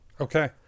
okay